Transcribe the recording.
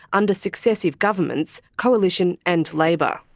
under successive governments, coalition and labor.